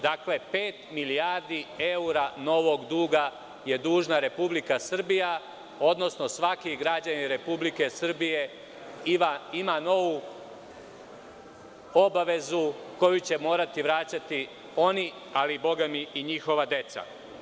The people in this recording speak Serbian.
Dakle, pet milijardi evra novog duga je dužna Republika Srbija, odnosno svaki građanin Republike Srbije ima novu obavezu koju će morati vraćati oni ali, bogami, i njihova deca.